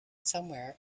somewhere